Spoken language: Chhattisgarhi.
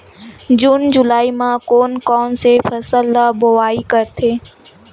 जून जुलाई म कोन कौन से फसल ल बोआई करथे?